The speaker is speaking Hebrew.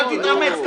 אל תתאמץ.